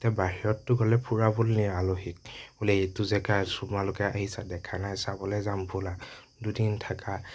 এতিয়া বাহিৰততো গ'লে ফুৰাবলে নিয়ে আলহীক বোলে এইটো জেগা তোমালোকে আহিছা দেখা নাই চাবলে যাম ব'লা দুদিন থাকা